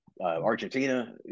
Argentina